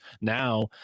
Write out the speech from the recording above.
now